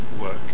work